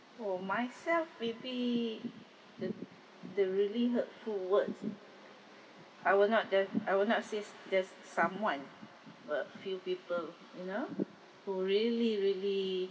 for myself maybe the the really hurtful words I will not then I will not says there's someone a few people you know who really really